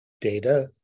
data